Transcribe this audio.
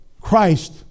Christ